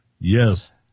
Yes